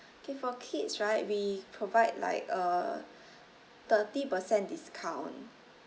okay for kids right we provide like a thirty percent discount